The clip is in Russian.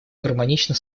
гармонично